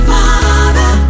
Father